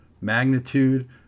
magnitude